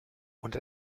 und